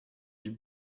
die